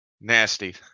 Nasty